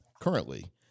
currently